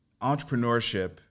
entrepreneurship